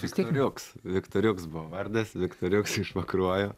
viktoriuks viktoriuks buvo vardas viktoriuks iš pakruojo